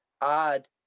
add